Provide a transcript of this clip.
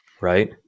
Right